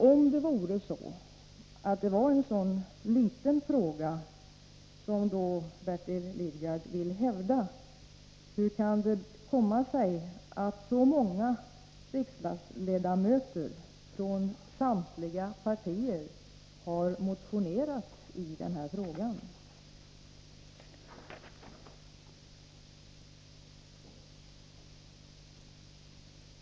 Om det vore en så liten fråga som Bertil Lidgard vill hävda att det är, hur kan det då komma sig att så många riksdagsledamöter från samtliga partier har motionerat i frågan?